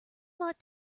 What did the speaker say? lot